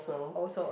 also